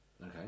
Okay